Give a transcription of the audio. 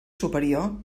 superior